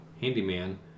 Handyman